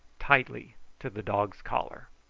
tightly to the dog's collar.